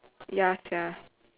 ya sia